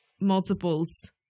multiples